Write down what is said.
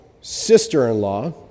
sister-in-law